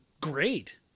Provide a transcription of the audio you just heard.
great